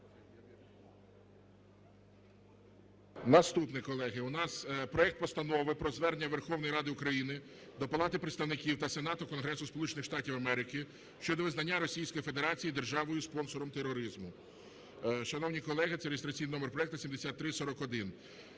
Наступне, колеги, у нас проект Постанови про Звернення Верховної Ради України до Палати представників та Сенату Конгресу Сполучених Штатів Америки щодо визнання Російської Федерації державою-спонсором тероризму. Шановні колеги, це реєстраційний номер проекту 7341.